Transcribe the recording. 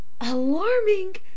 Alarming